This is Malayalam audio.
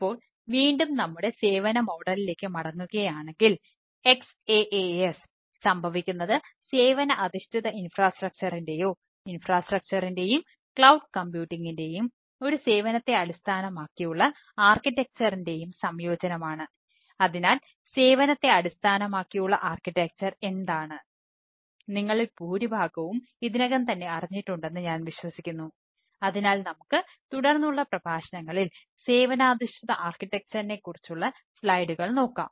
ഇപ്പോൾ വീണ്ടും നമ്മുടെ സേവന മോഡലിലേക്ക് നോക്കാം